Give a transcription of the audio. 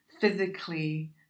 physically